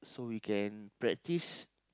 so we can practice